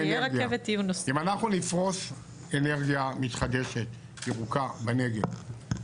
אם אנחנו נפרוס אנרגיה מתחדשת ירוקה בנגב,